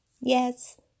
Yes